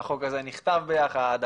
החוק הזה נכתב ביחד,